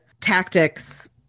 tactics